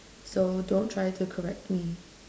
so don't try to correct me